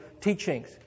teachings